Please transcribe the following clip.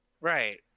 Right